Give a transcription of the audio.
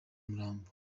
umurambo